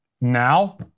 now